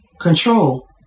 control